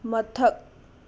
ꯃꯊꯛ